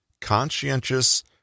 conscientious